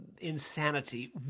insanity